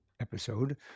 episode